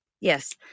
Yes